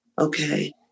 Okay